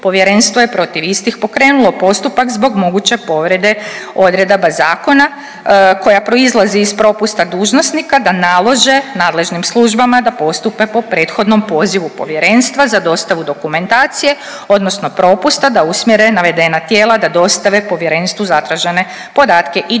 povjerenstvo je protiv istih pokrenulo postupak zbog moguće povrede odredaba zakona koja proizlazi iz propusta dužnosnika na nalože nadležnim službama da postupe po prethodnom pozivu povjerenstva za dostavu dokumentacije odnosno propusta da usmjere navedena tijela da dostave povjerenstvu zatražene podatke i dokumentaciju.